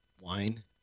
wine